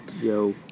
Yo